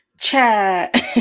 chat